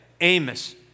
Amos